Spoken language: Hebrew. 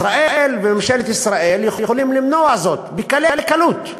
ישראל וממשלת ישראל יכולות למנוע זאת בקלי קלות,